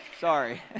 sorry